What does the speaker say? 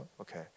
okay